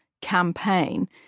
campaign